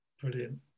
Brilliant